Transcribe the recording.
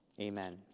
Amen